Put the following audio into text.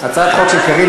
של חברת הכנסת קארין